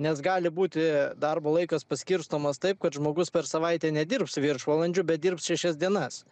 nes gali būti darbo laikas paskirstomas taip kad žmogus per savaitę nedirbs viršvalandžių bet dirbs šešias dienas